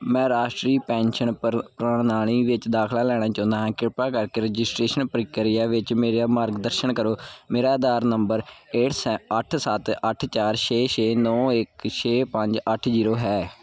ਮੈਂ ਰਾਸ਼ਟਰੀ ਪੈਨਸ਼ਨ ਪ੍ਰ ਪ੍ਰਣਾਲੀ ਵਿੱਚ ਦਾਖਲਾ ਲੈਣਾ ਚਾਹੁੰਦਾ ਹਾਂ ਕਿਰਪਾ ਕਰਕੇ ਰਜਿਸਟ੍ਰੇਸ਼ਨ ਪ੍ਰਕਿਰਿਆ ਵਿੱਚ ਮੇਰਾ ਮਾਰਗਦਰਸ਼ਨ ਕਰੋ ਮੇਰਾ ਆਧਾਰ ਨੰਬਰ ਏਟ ਸੈ ਅੱਠ ਸੱਤ ਅੱਠ ਚਾਰ ਛੇ ਛੇ ਨੌ ਇੱਕ ਛੇ ਪੰਜ ਅੱਠ ਜ਼ੀਰੋ ਹੈ